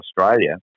Australia